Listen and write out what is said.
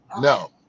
no